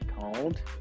called